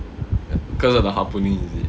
cause of the harpooning is it